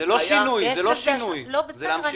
זה לא שינוי, זה המשך.